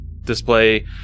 display